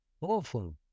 Awful